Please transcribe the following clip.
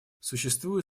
существует